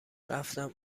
رفتم